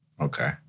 Okay